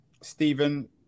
stephen